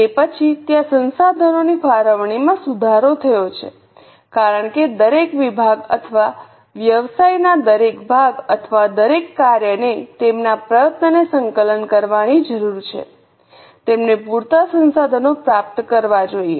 તે પછી ત્યાં સંસાધનોની ફાળવણીમાં સુધારો થયો છે કારણ કે દરેક વિભાગ અથવા વ્યવસાયના દરેક ભાગ અથવા દરેક કાર્યને તેમના પ્રયત્નોને સંકલન કરવાની જરૂર છે તેમને પૂરતા સંસાધનો પ્રાપ્ત કરવા જોઈએ